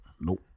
Nope